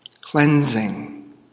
cleansing